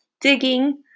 digging